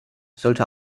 sollte